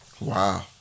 wow